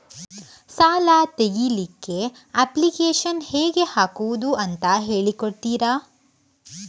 ಸಾಲ ತೆಗಿಲಿಕ್ಕೆ ಅಪ್ಲಿಕೇಶನ್ ಹೇಗೆ ಹಾಕುದು ಅಂತ ಹೇಳಿಕೊಡ್ತೀರಾ?